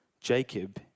Jacob